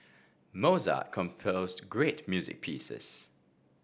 Mozart composed great music pieces